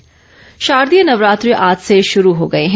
नवरात्रे शारदीय नवरात्रे आज से शुरू हो गए हैं